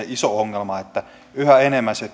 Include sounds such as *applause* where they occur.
*unintelligible* iso ongelma on että yhä enemmän se *unintelligible*